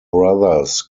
brothers